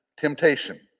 temptation